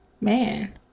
Man